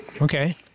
okay